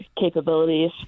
capabilities